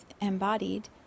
embodied